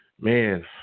man